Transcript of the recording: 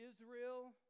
Israel